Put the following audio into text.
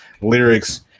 lyrics